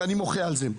ואני מוחה על זה,